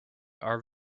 are